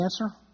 answer